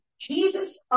Jesus